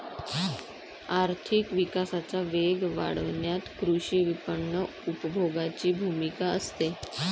आर्थिक विकासाचा वेग वाढवण्यात कृषी विपणन उपभोगाची भूमिका असते